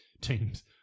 teams